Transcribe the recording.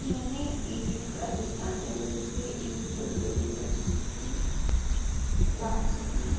मैंने एक राजस्थान लेवल पर एक प्रतियोगिता जीती थी डांस की